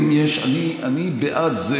אני בעד זה